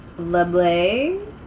Leblay